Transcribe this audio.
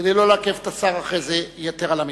כדי שלא לעכב את השר אחרי זה יתר על המידה.